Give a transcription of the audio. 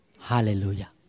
Hallelujah